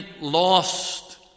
lost